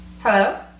Hello